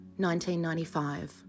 1995